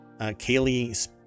Kaylee